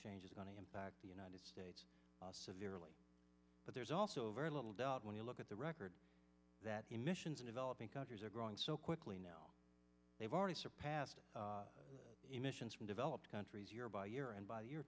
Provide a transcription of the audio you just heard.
change is going to impact the united states severely but there's also very little doubt when you look at the record that emissions in developing countries are growing so quickly now they've already surpassed emissions from developed countries year by year and by the year